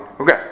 Okay